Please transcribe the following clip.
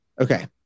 Okay